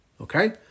Okay